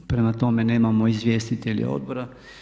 Prema tome nemamo izvjestitelje odbora.